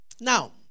Now